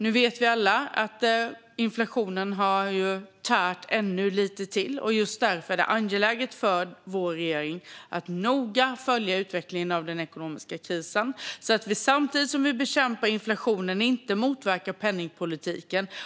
Vi vet alla att inflationen nu har tärt ännu lite till. Därför är det angeläget för regeringen att noga följa utvecklingen av den ekonomiska krisen. Vi får inte samtidigt som vi bekämpar inflationen motverka penningpolitiken.